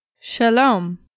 Shalom